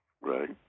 right